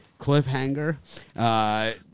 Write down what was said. cliffhanger